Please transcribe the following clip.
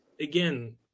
again